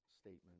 statement